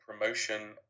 promotion